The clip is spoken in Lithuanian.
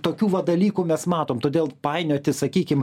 tokių va dalykų mes matom todėl painioti sakykim